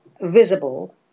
visible